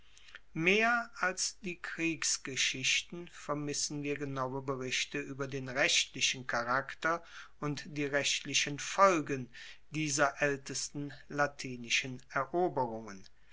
mehr als die kriegsgeschichten vermissen wir genaue berichte ueber den rechtlichen charakter und die rechtlichen folgen dieser aeltesten latinischen eroberungen